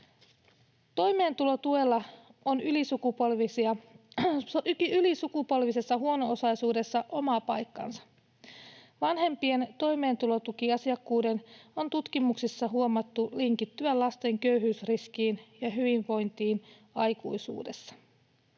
Toimeentulotuella on ylisukupolvisessa huono-osaisuudessa oma paikkansa. Vanhempien toimeentulotukiasiakkuuden on tutkimuksissa huomattu linkittyvän lasten köyhyysriskiin ja hyvinvointiin aikuisuudessa.